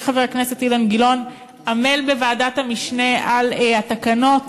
חברי חבר הכנסת אילן גילאון עמל בוועדת המשנה על התקנות